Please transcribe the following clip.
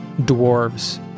dwarves